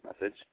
message